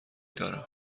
دارم